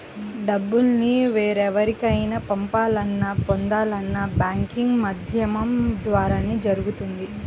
డబ్బుల్ని వేరెవరికైనా పంపాలన్నా, పొందాలన్నా బ్యాంకింగ్ మాధ్యమం ద్వారానే జరుగుతుంది